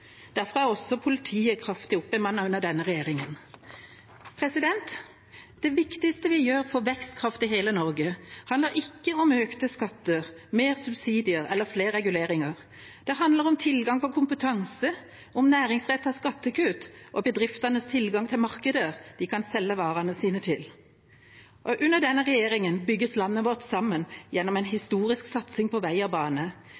Derfor er også politiet kraftig oppbemannet under denne regjeringa. Det viktigste vi gjør for vekstkraft i hele Norge, handler ikke om økte skatter, mer subsidier eller flere reguleringer. Det handler om tilgang på kompetanse, om næringsrettede skattekutt og om bedriftenes tilgang til markeder de kan selge varene sine til. Under denne regjeringa bygges landet vårt sammen gjennom en historisk satsing på vei og bane.